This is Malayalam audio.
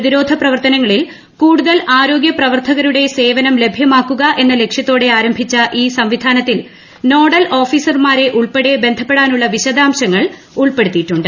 പ്രതിരോധ പ്രവർത്തനങ്ങളിൽ കൂടുതൽ ആരോഗ്യപ്രവർത്തകരുടെ സേവനം ലഭ്യമാക്കുക എന്ന ലക്ഷ്യത്തോടെ ആരംഭിച്ച ഈ സംവിധാനത്തിൽ നോഡൽ ഓഫീസർമാരെ ഉൾപ്പെടെ ബന്ധപ്പെടാനുള്ള വിശദാംശങ്ങൾ ഉൾപ്പെടുത്തിയിട്ടുണ്ട്